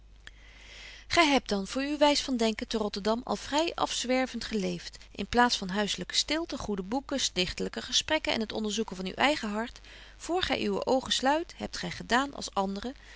gy hebt dan voor uw wys van denken te rotterdam al vry afzwervent geleeft in plaats van huisselyke stilte goede boeken stichtelyke gesprekken en het onderzoeken van uw eigen hart voor gy uwe oogen sluit hebt gy gedaan als anderen